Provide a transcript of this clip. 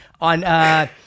on